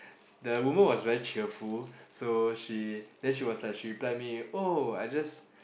the woman was very cheerful so she then she was like she replied me oh I just